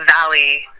valley